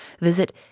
visit